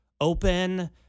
open